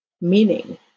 meaning